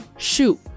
shoot